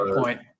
point